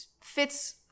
fits